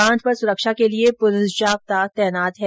बांध पर सुरक्षा के लिये पुलिस जाब्ता तैनात है